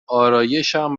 آرایشم